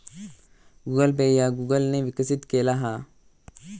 Google Pay ह्या Google ने विकसित केला हा